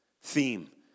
theme